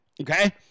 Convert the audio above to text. Okay